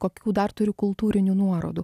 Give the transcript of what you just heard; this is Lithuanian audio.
kokių dar turi kultūrinių nuorodų